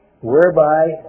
whereby